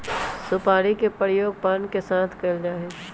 सुपारी के प्रयोग पान के साथ कइल जा हई